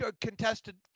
contested